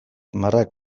marrak